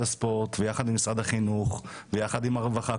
הספורט ויחד עם משרד החינוך ויחד עם הרווחה.